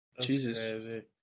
Jesus